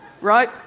Right